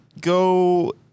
go